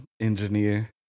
engineer